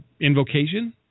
invocation